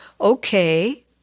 okay